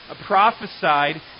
prophesied